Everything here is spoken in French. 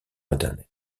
internet